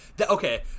okay